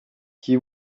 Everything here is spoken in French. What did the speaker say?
qui